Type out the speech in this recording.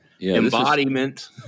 embodiment